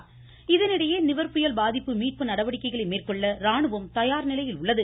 நிவர் தொடர்ச்சி இதனிடையே நிவர் புயல் பாதிப்பு மீட்பு நடவடிக்கைகளை மேற்கொள்ள ராணுவம் தயார்நிலையில் உள்ளது